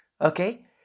okay